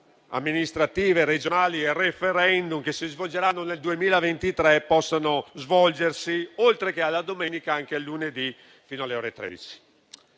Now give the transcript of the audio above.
amministrative regionali e *referendum* che si svolgeranno nel 2023 possano svolgersi, oltre che la domenica, anche il lunedì fino alle ore 13.